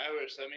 hours